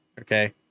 okay